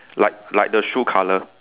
like like the shoe colour